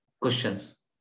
questions